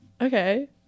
Okay